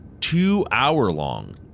two-hour-long